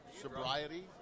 sobriety